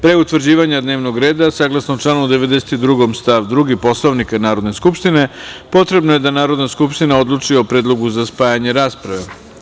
Pre utvrđivanja dnevnog reda, saglasno članu 92. stav 2. Poslovnika Narodne skupštine, potrebno je da Narodna skupština odluči o predlogu za spajanje rasprave.